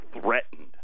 threatened